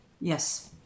Yes